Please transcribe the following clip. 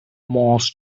most